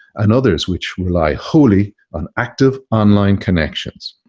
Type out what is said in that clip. and others which rely wholly on active online connections